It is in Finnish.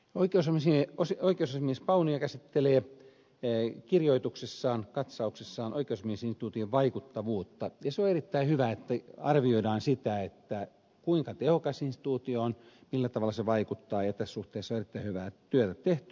voi tosin sinne osa on oikeusasiamies paunio käsittelee kirjoituksessaan katsauksessaan oikeusasiamiesinstituution vaikuttavuutta ja on erittäin hyvä että arvioidaan sitä kuinka tehokas instituutio on millä tavalla se vaikuttaa ja tässä suhteessa on erittäin hyvää työtä tehty